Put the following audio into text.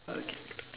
okay